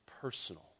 personal